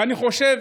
ואני חושב